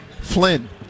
Flynn